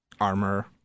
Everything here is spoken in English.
armor